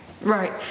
Right